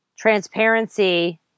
Transparency